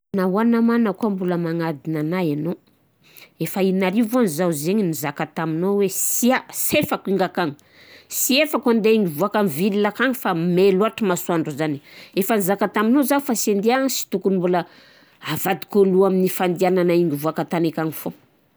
Nahoana ma anao akao mbola magnadina anahy anao? Efa in'arivo ne zao zigny nizaka taminào hoe sià, sy efako hinga akany. Sy efako ande gnivoaka amy ville akagny fa may loatra i masoandro zany. efa nizaka taminào zaho fa sy andiagny sy tôkony mbola avadikao loha amin'ny fandiananahy igny mivoaka tany akagny fô.